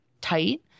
tight